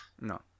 no